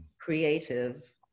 creative